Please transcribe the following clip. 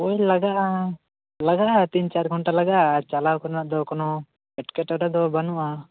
ᱳᱭ ᱞᱟᱜᱟᱜᱼᱟ ᱞᱟᱜᱟᱜᱼᱟ ᱛᱤᱱ ᱪᱟᱨ ᱜᱷᱚᱱᱴᱟ ᱞᱟᱜᱟᱜᱼᱟ ᱟᱨ ᱪᱟᱞᱟᱣ ᱠᱚᱨᱮᱱᱟᱜ ᱫᱚ ᱠᱳᱱᱳ ᱮᱸᱴᱠᱮᱴᱚᱸᱲᱮ ᱫᱚ ᱵᱟᱹᱱᱩᱜᱼᱟ